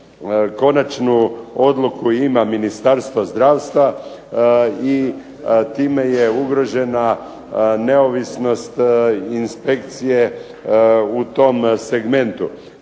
konačnu odluku ima Ministarstvo zdravstva i time je ugrožena neovisnost inspekcije u tom segmentu.